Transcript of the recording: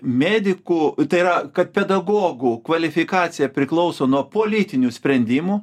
medikų tai yra kad pedagogų kvalifikacija priklauso nuo politinių sprendimų